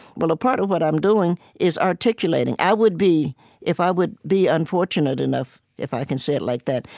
well, a part of what i'm doing is articulating. i would be if i would be unfortunate enough, if i can say it like that,